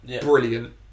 Brilliant